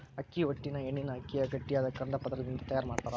ಅಕ್ಕಿ ಹೊಟ್ಟಿನ ಎಣ್ಣಿನ ಅಕ್ಕಿಯ ಗಟ್ಟಿಯಾದ ಕಂದ ಪದರದಿಂದ ತಯಾರ್ ಮಾಡ್ತಾರ